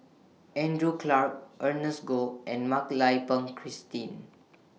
Andrew Clarke Ernest Goh and Mak Lai Peng Christine